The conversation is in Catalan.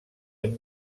hem